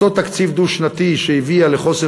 כי אותו תקציב דו-שנתי שהביא לחוסר